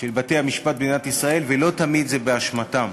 של בתי-המשפט במדינת ישראל, ולא תמיד זה באשמתם.